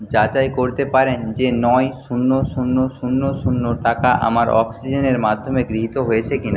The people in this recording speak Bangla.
যাচাই করতে পারেন যে নয় শূন্য শূন্য শূন্য শূন্য টাকা আমার অক্সিজেনের মাধ্যমে গৃহীত হয়েছে কি না